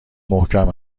محکم